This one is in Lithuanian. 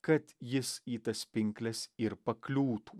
kad jis į tas pinkles ir pakliūtų